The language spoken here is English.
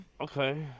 Okay